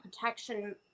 protection